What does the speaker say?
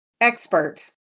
expert